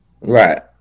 Right